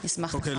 אוקיי,